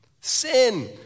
Sin